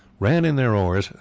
ran in their oars,